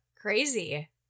Crazy